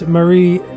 Marie